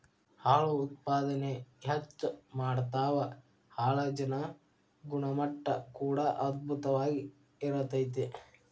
ಹಾಲು ಉತ್ಪಾದನೆ ಹೆಚ್ಚ ಮಾಡತಾವ ಹಾಲಜನ ಗುಣಮಟ್ಟಾ ಕೂಡಾ ಅಧ್ಬುತವಾಗಿ ಇರತತಿ